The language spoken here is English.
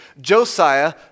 Josiah